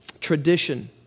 tradition